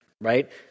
right